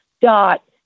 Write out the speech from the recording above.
dot